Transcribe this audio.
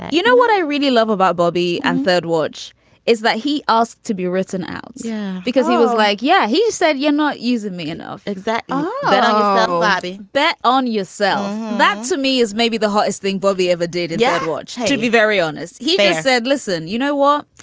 you know what i really love about bobby and third watch is that he asked to be written out yeah because he was like yeah. he said you're not using me enough exact bobby. bet on yourself. that to me is maybe the hottest thing bobby ever did. dad watch has to be very honest he said listen you know what.